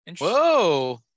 Whoa